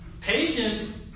Patience